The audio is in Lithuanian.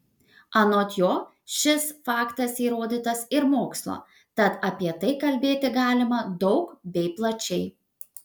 anot jo šis faktas įrodytas ir mokslo tad apie tai kalbėti galima daug bei plačiai